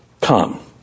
come